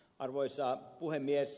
arvoisa puhemies